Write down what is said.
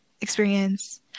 experience